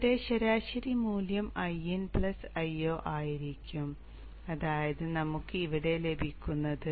ഇവിടെ ശരാശരി മൂല്യം Iin Io ആയിരിക്കും അതാണ് നമുക്ക് ഇവിടെ ലഭിക്കുന്നത്